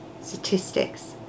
statistics